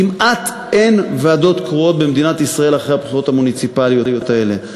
כמעט אין ועדות קרואות במדינת ישראל אחרי הבחירות המוניציפליות האלה.